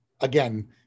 again